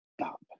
stop